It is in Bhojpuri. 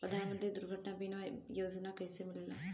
प्रधानमंत्री दुर्घटना बीमा योजना कैसे मिलेला?